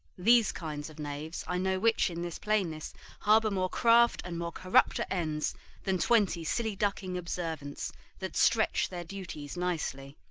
these kind of knaves i know which in this plainness harbour more craft and more corrupter ends than twenty silly-ducking observants that stretch their duties nicely.